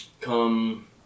come